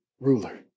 ruler